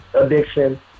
addiction